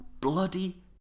bloody